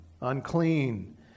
unclean